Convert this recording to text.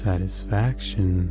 Satisfaction